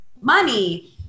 money